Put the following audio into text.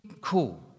Cool